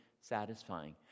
satisfying